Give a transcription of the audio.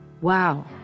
Wow